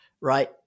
right